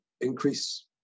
increase